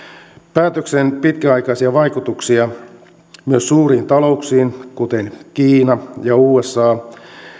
päätöksen pitkäaikaisia vaikutuksia myös suuriin talouksiin kuten kiinaan ja usahan